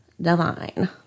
divine